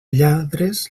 lladres